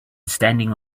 standing